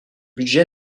budget